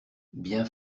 bien